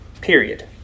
Period